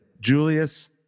Julius